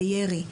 בירי,